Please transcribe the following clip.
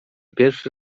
pierwszy